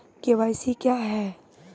KYC क्या हैं?